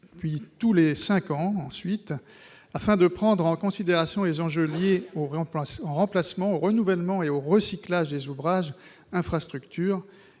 puis, tous les cinq ans, afin de prendre en considération les enjeux liés au remplacement, au renouvellement et au recyclage des ouvrages, des infrastructures